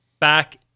Back